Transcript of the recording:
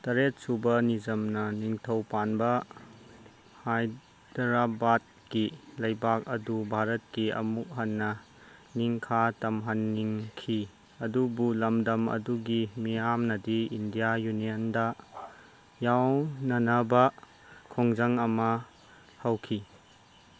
ꯇꯔꯦꯠꯁꯨꯕ ꯅꯤꯖꯝꯅ ꯅꯤꯡꯊꯧ ꯄꯥꯟꯕ ꯍꯥꯏꯗ꯭ꯔꯕꯥꯠꯀꯤ ꯂꯩꯕꯥꯛ ꯑꯗꯨ ꯚꯥꯔꯠꯀꯤ ꯑꯃꯨꯛ ꯍꯟꯅ ꯅꯤꯡꯈꯥ ꯇꯝꯍꯟꯅꯤꯡꯈꯤ ꯑꯗꯨꯕꯨ ꯂꯝꯗꯝ ꯑꯗꯨꯒꯤ ꯃꯤꯌꯥꯝꯅꯗꯤ ꯏꯟꯗꯤꯌꯥ ꯌꯨꯅꯤꯌꯟꯗ ꯌꯥꯎꯅꯅꯕ ꯈꯣꯡꯖꯪ ꯑꯃ ꯍꯧꯈꯤ